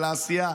על העשייה.